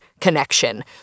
connection